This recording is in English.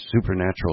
supernatural